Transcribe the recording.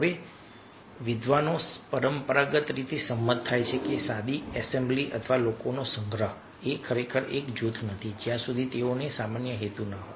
હવે વિદ્વાનો પરંપરાગત રીતે સંમત થાય છે કે સાદી એસેમ્બલી અથવા લોકોનો સંગ્રહ એ ખરેખર એક જૂથ નથી જ્યાં સુધી તેમનો સામાન્ય હેતુ ન હોય